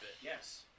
Yes